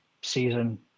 season